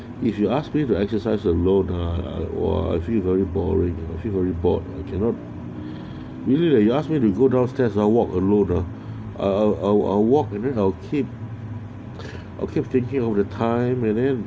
if you ask me to exercise a lot ah !wah! I feel very boring a report cannot really like you ask me to go downstairs or walk aurora our our our walk how kid thinking of the time and and